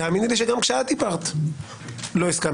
תאמיני לי שגם כשאת דיברת לא הסכמתי עם הכול.